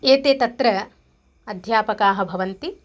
एते तत्र अध्यापकाः भवन्ति